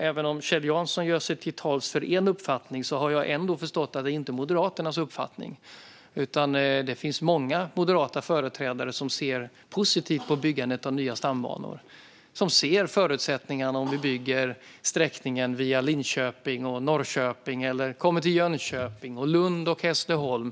Även om Kjell Jansson gör sig till tolk för en viss uppfattning har jag ändå förstått att detta inte är Moderaternas uppfattning utan att det finns många moderata företrädare som ser positivt på byggandet av nya stambanor. De ser förutsättningarna om vi bygger sträckningen via Linköping och Norrköping, om vi kommer till Jönköping, Lund eller Hässleholm.